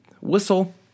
whistle